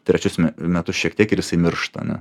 trečius metus šiek tiek ir jisai miršta ane